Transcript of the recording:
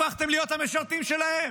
הפכתם להיות המשרתים שלהם,